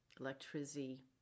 electricity